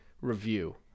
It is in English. review